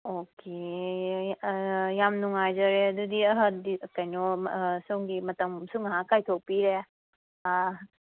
okay ꯌꯥꯝ ꯅꯨꯡꯉꯥꯏꯖꯔꯦ ꯑꯗꯨꯗꯤ ꯍꯥꯏꯕꯗꯤ ꯀꯩꯅꯣ ꯁꯣꯝꯒꯤ ꯃꯇꯝꯁꯨ ꯉꯍꯥꯛ ꯀꯥꯏꯊꯣꯛꯄꯤꯔꯦ ꯑꯥ